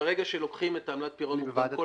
שברגע שלוקחים את עמלת הפירעון המוקדם וכל